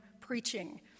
preaching